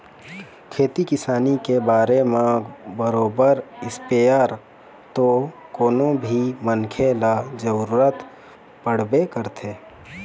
खेती किसानी के करे म बरोबर इस्पेयर तो कोनो भी मनखे ल जरुरत पड़बे करथे